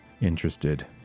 interested